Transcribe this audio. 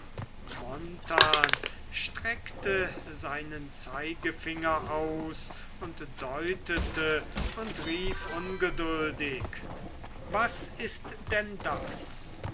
streckte seinen zeigefinger aus und deutete und rief ungeduldig was ist denn das